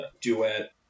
duet